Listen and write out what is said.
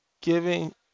giving